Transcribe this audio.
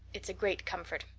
it's a great comfort.